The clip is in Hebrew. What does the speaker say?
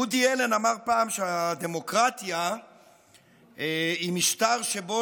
וודי אלן אמר פעם שהדמוקרטיה היא משטר שבו